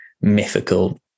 mythical